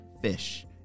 fish